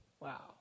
Wow